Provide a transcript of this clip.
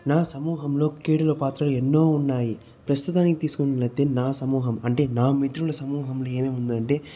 నా సమూహంలో క్రీడల పాత్రలు ఎన్నో ఉన్నాయి ప్రస్తుతానికి తీసుకున్నట్లయితే నా సమూహం అంటే నా మిత్రులు సమూహంలో ఏమేమి ఉందంటే